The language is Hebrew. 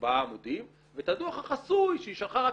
4-2 עמודים ואת הדוח החסוי שישחררו